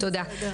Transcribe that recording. תודה.